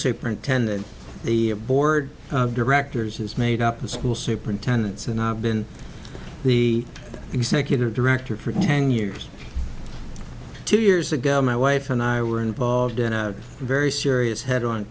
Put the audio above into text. superintendent the board of directors is made up of school superintendents and i've been the executive director for ten years two years ago my wife and i were involved in a very serious head on